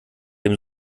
dem